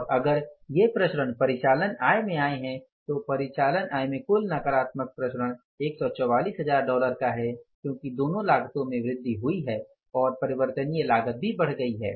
और अगर ये विचरण परिचालन आय में आये है तो परिचालन आय में कुल नकारात्मक विचरण 144000 डॉलर का है क्योंकि दोनों लागतों में वृद्धि हुई है और परिवर्तनीय लागत भी बढ़ गई है